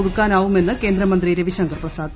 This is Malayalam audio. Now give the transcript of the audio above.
പുതുക്കാനാവുമെന്ന് ക്ട്രേന്ദ്രമന്ത്രി രവിശങ്കർ പ്രസാദ്